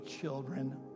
children